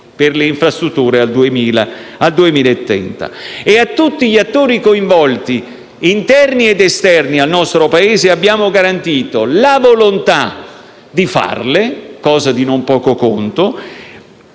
per le infrastrutture al 2030. A tutti gli attori coinvolti, interni ed esterni al nostro Paese, abbiamo garantito la volontà di farle - cosa di non poco conto